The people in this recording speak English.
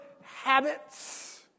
habits